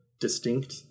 distinct